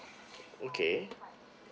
okay